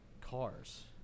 cars